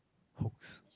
hoax